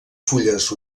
fulles